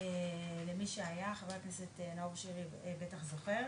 למי שהיה, חבר הכנסת נאור שירי בטח זוכר,